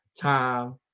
time